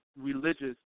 religious